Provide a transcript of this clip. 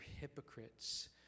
hypocrites